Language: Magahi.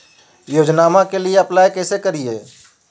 योजनामा के लिए अप्लाई कैसे करिए?